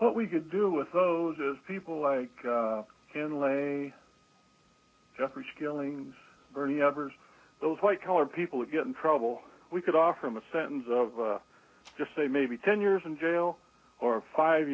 what we could do with those is people like ken lay jeffrey skilling bernie ebbers those white collar people who get in trouble we could offer him a sentence of just say maybe ten years in jail or five